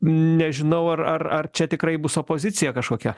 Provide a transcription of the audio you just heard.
nežinau ar ar ar čia tikrai bus opozicija kažkokia